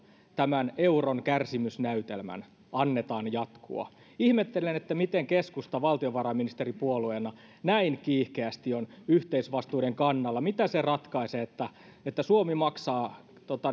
tämän euron kärsimysnäytelmän annetaan jatkua ihmettelen miten keskusta valtiovarainministeripuolueena näin kiihkeästi on yhteisvastuiden kannalla mitä se ratkaisee että suomi maksaa